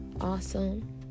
awesome